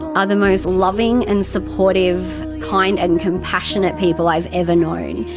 are the most loving and supportive, kind and compassionate people i've ever known,